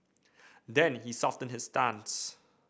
then he softened his stance